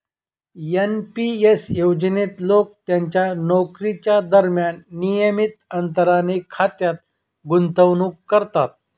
NP S योजनेत लोक त्यांच्या नोकरीच्या दरम्यान नियमित अंतराने खात्यात गुंतवणूक करतात